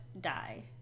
die